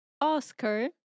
Oscar